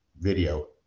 video